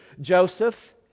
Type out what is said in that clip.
Joseph